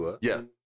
Yes